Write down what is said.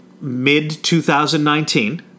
mid-2019